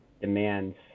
demands